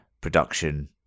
production